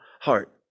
heart